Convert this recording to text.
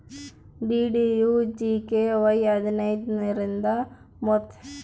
DDUGKY ಹದಿನೈದರಿಂದ ಮುವತ್ತೈದು ವಯ್ಸಿನ ಅರೆದ ಹುಡ್ಗುರ ಕೆಲ್ಸದ್ ಕಲೆ ರೂಡಿ ಮಾಡ್ಕಲಕ್ ಸಹಾಯ ಮಾಡ್ತಾರ